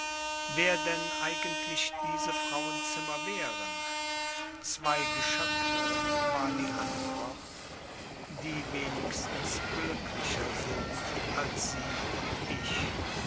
wer denn eigentlich diese frauenzimmer wären zwei geschöpfe war die antwort die wenigstens glücklicher sind als sie und ich